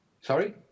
Sorry